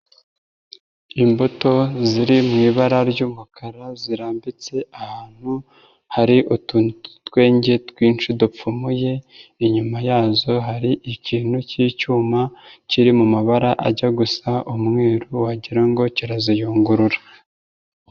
Imbuto ziri mu ibara ry'umukara zirambitse ahantu hari utuntu tw'utwenge twinshi dupfumuye, inyuma yazo hari ikintu cy'icyuma kiri mu mabara ajya gusa umweru wagira ngo kiraziyungurura.